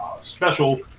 special